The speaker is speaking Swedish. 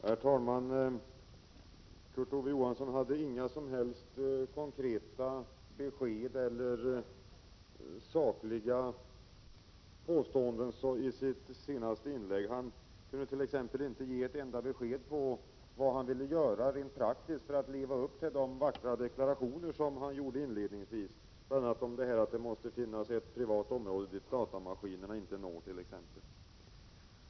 Herr talman! Kurt Ove Johansson gjorde inga som helst sakliga påståenden i sitt senaste inlägg. Han kunde t.ex. inte ge ett enda konkret besked om vad han vill göra rent praktiskt för att leva upp till de vackra deklarationer han gjorde inledningsvis, om att det måste finnas ett privat område dit datamaskinerna inte når.